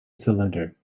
cylinder